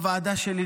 בוועדה שלי,